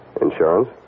Insurance